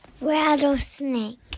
Rattlesnake